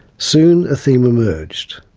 soon, a theme emerged.